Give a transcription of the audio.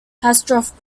hausdorff